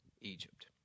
Egypt